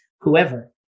whoever